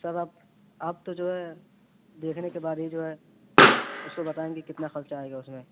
تب آپ آپ تو جو ہے دیکھنے کے بعد ہی جو ہے اس کو بتائیں گے کتنا خرچہ آئے گا اس میں